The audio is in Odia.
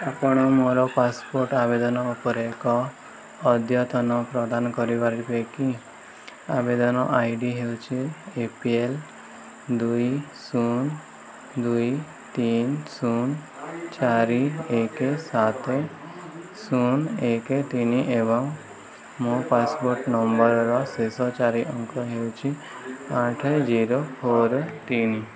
ଆପଣ ମୋର ପାସପୋର୍ଟ ଆବେଦନ ଉପରେ ଏକ ଅଦ୍ୟତନ ପ୍ରଦାନ କରିପାରିବେ କି ଆବେଦନ ଆଇ ଡି ହେଉଛି ଏ ପି ଏଲ୍ ଦୁଇ ଶୂନ ଦୁଇ ତିନ ଶୂନ ଚାରି ଏକେ ସାତ ଶୂନ ଏକ ତିନି ଏବଂ ମୋ ପାସପୋର୍ଟ ନମ୍ବର୍ର ଶେଷ ଚାରି ଅଙ୍କ ହେଉଛି ଆଠ ଜିରୋ ଫୋର୍ ତିନି